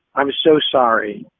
i'm so sorry,